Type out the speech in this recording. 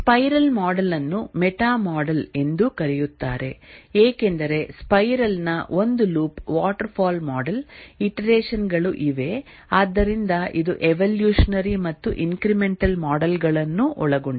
spiral model ಅನ್ನು meta model ಎಂದೂ ಕರೆಯುತ್ತಾರೆ ಏಕೆಂದರೆ ಸ್ಪೈರಲ್ ನ ಒಂದು ಲೂಪ್ ವಾಟರ್ಫಾಲ್ ಮಾಡೆಲ್ ಇಟರೆಷನ್ ಗಳು ಇವೆ ಆದ್ದರಿಂದ ಇದು ಎವೊಲ್ಯೂಷನರಿ ಮತ್ತು ಇಂಕ್ರಿಮೆಂಟಲ್ ಮಾಡೆಲ್ ಗಳನ್ನು ಒಳಗೊಂಡಿದೆ